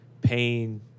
pain